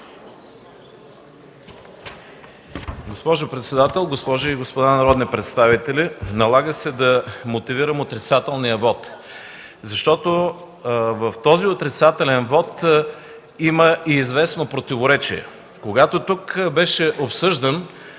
Госпожо председател, госпожи и господа народни представители! Налага се да мотивирам отрицателния вот, защото в него има и известно противоречие. Когато тук беше обсъждан